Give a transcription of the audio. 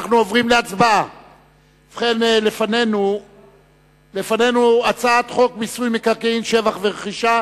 אנחנו עוברים להצבעה על הצעת חוק מיסוי מקרקעין (שבח ורכישה)